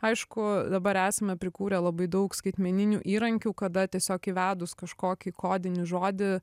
aišku dabar esame prikūrę labai daug skaitmeninių įrankių kada tiesiog įvedus kažkokį kodinį žodį